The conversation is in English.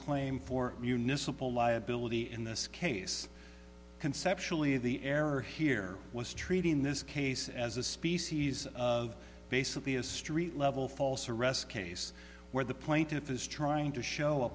claim for municipal liability in this case conceptually the error here was treating this case as a species of basically a street level false arrest case where the plaintiff is trying to show a